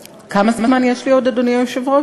כמה זמן יש לי עוד, אדוני היושב-ראש?